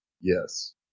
Yes